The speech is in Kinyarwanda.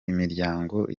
imiryango